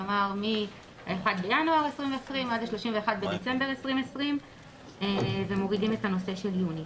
כלומר מ-1 בינואר 2020 עד 31 בדצמבר 2020 ומורידים את הנושא של יוני.